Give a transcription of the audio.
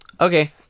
Okay